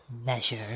measure